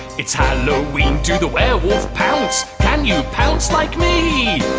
it's halloween. do the werewolf pounce. can you pounce like me?